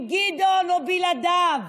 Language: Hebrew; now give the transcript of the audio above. עם גדעון או בלעדיו,